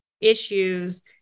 issues